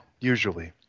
Usually